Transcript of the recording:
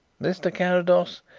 mr. carrados,